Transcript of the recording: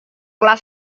telah